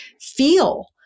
feel